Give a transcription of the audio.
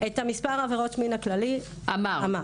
את מספר עבירות המין הכללי אמרתי.